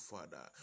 Father